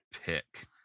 pick